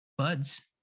buds